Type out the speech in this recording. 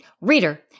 Reader